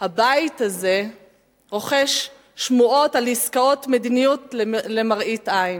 הבית הזה רוחש שמועות על עסקאות מדיניות למראית-עין.